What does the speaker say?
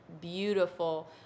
beautiful